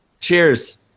Cheers